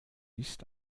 ist